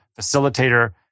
facilitator